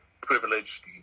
privileged